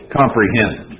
comprehend